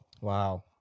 Wow